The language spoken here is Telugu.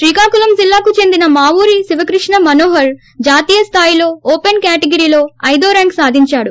శ్రీకాకుళం జిల్లాకు చెందిన మావూరి శివకృష్ణ మనోహర్ జాతీయ స్తాయిలో ఓపెస్ కేటగిరీలో ఐదో ర్యాంకు సాధించాడు